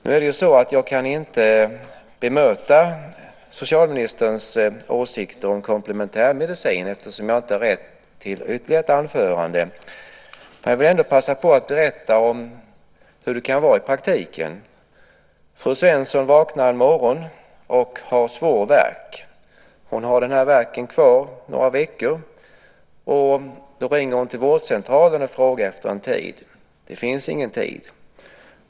Nu kan jag inte bemöta socialministerns åsikter om komplementärmedicin, eftersom jag inte har rätt till ytterligare ett anförande, men jag vill ändå passa på att berätta hur det kan vara i praktiken. Fru Svensson vaknar en morgon och har svår värk. Hon har värken kvar några veckor, och hon ringer till vårdcentralen och frågar efter en tid. Det finns ingen tid.